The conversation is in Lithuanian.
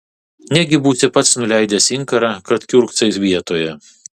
negi būsi pats nuleidęs inkarą kad kiurksai vietoje